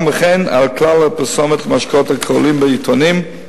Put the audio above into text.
וכן על כלל הפרסומת למשקאות אלכוהוליים בעיתונים,